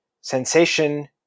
sensation